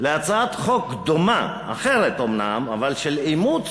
של הצעת חוק דומה, אחרת אומנם, אבל של אימוץ